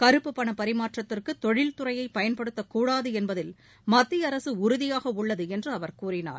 கருப்பு பண பரிமாற்றத்திற்கு தொழில்துறையை பயன்படுத்தக்கூடாது என்பதில் மத்திய அரசு உறுதியாக உள்ளது என்று அவர் கூறினார்